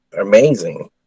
amazing